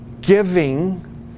giving